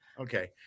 Okay